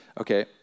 okay